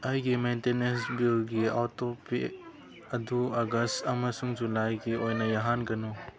ꯑꯩꯒꯤ ꯃꯦꯟꯇꯦꯅꯦꯟꯁ ꯕꯤꯜꯒꯤ auto pay ꯑꯗꯨ ꯑꯒꯁ ꯑꯃꯁꯨꯡ ꯖꯨꯂꯥꯏꯒꯤ ꯑꯣꯏꯅ ꯌꯥꯍꯟꯒꯅꯨ